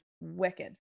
wicked